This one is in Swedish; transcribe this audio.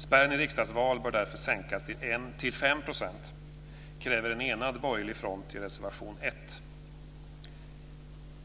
Spärren i riksdagsval bör därför sänkas till 5 %, kräver en enad borgerlig front i reservation 1.